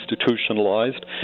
institutionalized